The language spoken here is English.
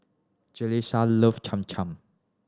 Jalissa love Cham Cham